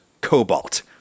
cobalt